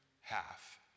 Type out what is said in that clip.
half